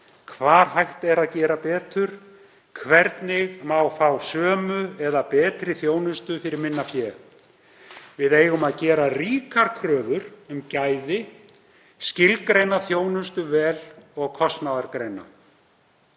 hvar hægt er að gera betur og hvernig má fá sömu eða betri þjónustu fyrir minna fé. Við eigum að gera ríkar kröfur um gæði, skilgreina þjónustu vel og kostnaðargreina.